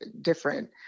different